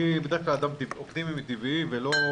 אני בדרך כלל אדם אופטימי מטבעי וכל הזמן